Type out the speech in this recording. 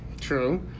True